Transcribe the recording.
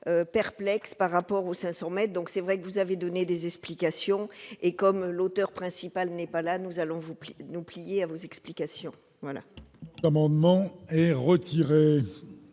perplexe par rapport aux 500 mètres, donc c'est vrai que vous avez donné des explications et comme l'auteur principal n'est pas là, nous allons vous plaît nous plier à vos explications.